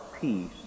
peace